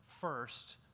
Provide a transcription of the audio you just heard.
first